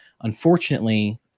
Unfortunately